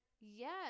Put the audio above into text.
Yes